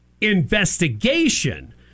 Investigation